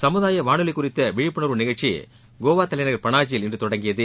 சமுதாய வானொலி குறித்த விழிப்புணர்வு நிகழ்ச்சி கோவா தலைநகர் பனாஜியில் இன்று தொடங்கியது